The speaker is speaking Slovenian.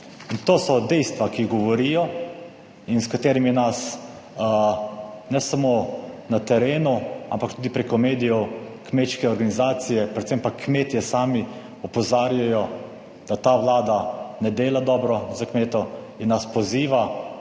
to so dejstva, ki govorijo in s katerimi nas ne samo na terenu ampak tudi preko medijev kmečke organizacije, predvsem pa kmetje sami opozarjajo, da ta Vlada ne dela dobro za kmetov, in nas poziva,